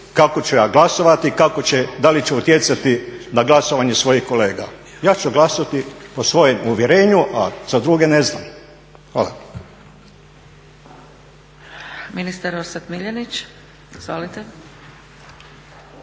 kako ću ja glasovati, kako će, da li ću utjecati na glasovanje svojih kolega. Ja ću glasati po svojem uvjerenju, a za druge ne znam. Hvala.